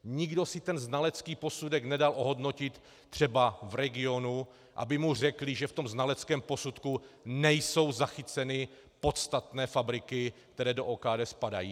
Nikdo si ten znalecký posudek nedal ohodnotit třeba v regionu, aby mu řekli, že ve znaleckém posudku nejsou zachyceny podstatné fabriky, které do OKD spadají?